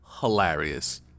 hilarious